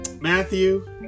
Matthew